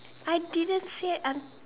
I didn't say I'm